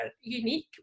unique